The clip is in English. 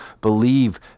believe